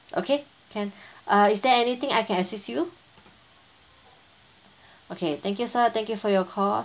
okay can uh is there anything I can assist you okay thank you sir thank you for your call